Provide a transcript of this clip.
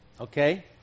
okay